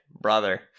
Brother